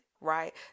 right